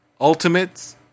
ultimates